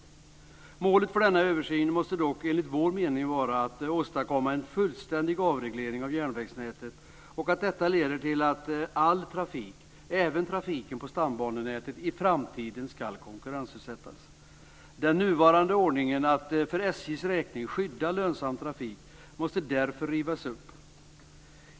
Målet för denna översyn måste dock enligt vår mening vara att åstadkomma en fullständig avreglering av järnvägsnätet och att detta leder till att all trafik, även trafiken på stambanenätet, i framtiden ska konkurrensutsättas. Den nuvarande ordningen att för SJ:s räkning skydda lönsam trafik måste därför rivas upp.